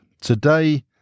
today